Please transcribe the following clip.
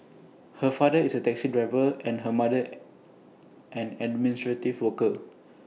her father is A taxi driver and her mother an administrative worker